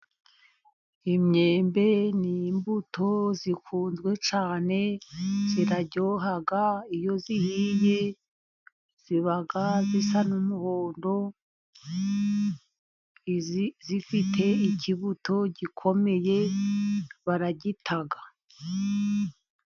Imyembe ni imbuto zikunzwe cyane ziraryoha, iyo zihiye ziba zisa n'umuhodo izifite ikibuto gikomeye baragita.